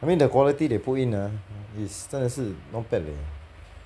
I mean the quality they put in ah is 真的是 not bad leh